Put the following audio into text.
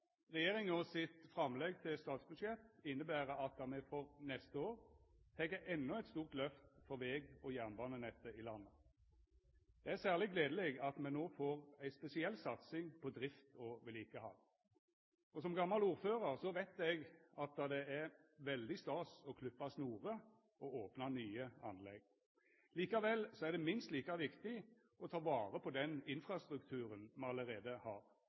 Regjeringa sitt framlegg til statsbudsjett inneber at me for neste år tek endå eit stort lyft for veg- og jernbanenettet i landet. Det er særleg gledeleg at me no får ei spesiell satsing på drift og vedlikehald. Som gamal ordførar veit eg at det er veldig stas å klippa snorer og opna nye anlegg. Likevel er det minst like viktig å ta vare på den infrastrukturen me allereie har,